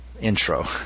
intro